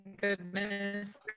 goodness